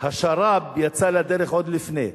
השר"פ יצא לדרך עוד לפני.